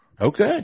Okay